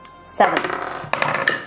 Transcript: Seven